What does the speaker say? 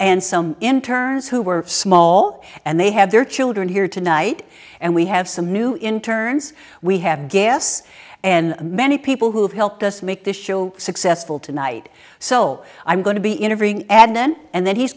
and some internes who were small and they have their children here tonight and we have some new in turns we have gas and many people who have helped us make this show successful tonight so i'm going to be interviewing ad then and then he's